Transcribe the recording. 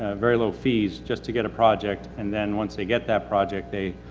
ah very low fees just to get a project. and then once they get that project, they.